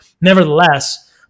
nevertheless